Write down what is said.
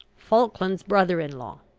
falkland's brother-in-law.